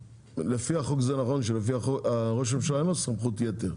לפי החוק זה נכון שראש הממשלה אין לו סמכות יתר,